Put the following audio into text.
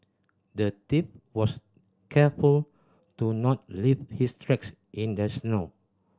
the thief was careful to not leave his tracks in the snow